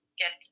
get